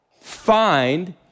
find